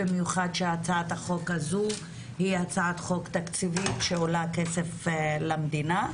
במיוחד שהצעת החוק הזו היא הצעת חוק תקציבית שעולה כסף למדינה.